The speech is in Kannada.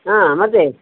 ಹಾಂ ಮತ್ತೆ